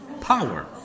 power